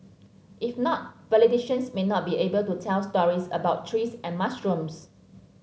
if not politicians may not be able to tell stories about trees and mushrooms